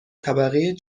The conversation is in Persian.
طبقه